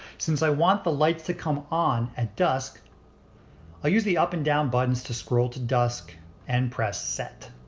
since i want the lights to come on at dusk i'll use the up and down buttons to scroll to dusk and press set.